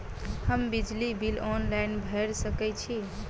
हम बिजली bill online भैर सकै छी?